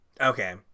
Okay